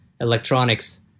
electronics